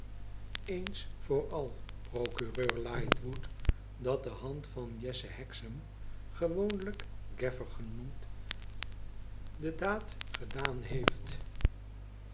eens voor al procureur lightwood dat de hand van jesse hexam gewoonlijk gaffer genoemd de daad gedaan heeft